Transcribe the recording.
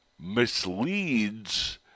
misleads